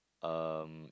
um